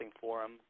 forum